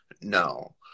No